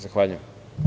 Zahvaljujem.